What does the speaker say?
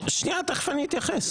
תכף אני אתייחס.